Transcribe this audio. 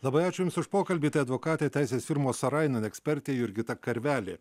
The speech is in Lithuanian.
labai ačiū jums už pokalbį tai advokatė teisės firmos arainen ekspertė jurgita karvelė